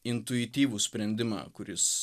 intuityvų sprendimą kuris